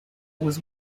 was